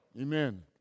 Amen